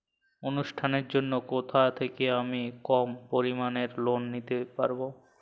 অনুষ্ঠানের জন্য কোথা থেকে আমি কম পরিমাণের লোন নিতে পারব?